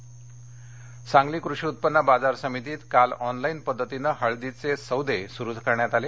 सांगली सांगली कृषी उत्पन्न बाजार समितीत काल ऑनलाईन पध्दतीनं हळदीचे सौदे सुरू करण्यात आले